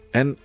en